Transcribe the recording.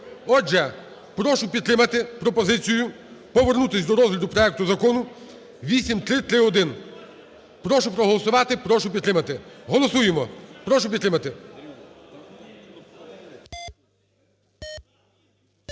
Отже, прошу підтримати пропозицію повернутися до розгляду проекту Закону 8331. Прошу проголосувати, прошу підтримати. Голосуємо. Прошу підтримати.